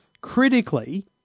critically